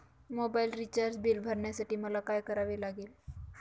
Mobile recharge bill भरण्यासाठी मला काय करावे लागेल?